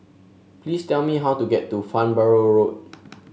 please tell me how to get to Farnborough Road